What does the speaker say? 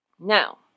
Now